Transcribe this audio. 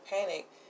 panic